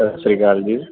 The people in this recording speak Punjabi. ਸਤਿ ਸ਼੍ਰੀ ਅਕਾਲ ਜੀ